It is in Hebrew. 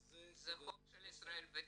זה חוק של ישראל ביתנו.